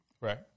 Right